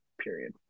period